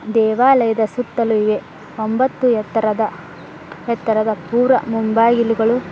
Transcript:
ದೇವಾಲಯದ ಸುತ್ತಲೂ ಇವೆ ಒಂಬತ್ತು ಎತ್ತರದ ಎತ್ತರದ ಪೂರ್ವ ಮುಂಬಾಗಿಲುಗಳು